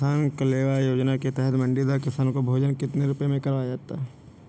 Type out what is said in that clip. किसान कलेवा योजना के तहत मंडी के द्वारा किसान को भोजन कितने रुपए में करवाया जाता है?